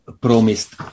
promised